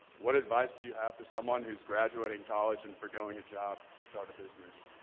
what advice do you have for someone who's graduating college and forgoing a job to start a business?